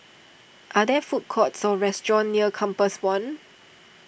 are there food courts or restaurants near Compass one